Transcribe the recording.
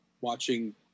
watching